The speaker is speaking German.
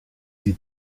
sie